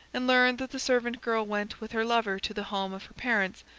and learned that the servant-girl went with her lover to the home of her parents,